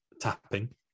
tapping